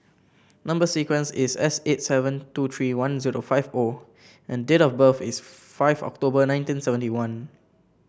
number sequence is S eight seven two three one zero five O and date of birth is five October nineteen seventy one